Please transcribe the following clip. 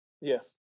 Yes